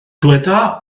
dyweda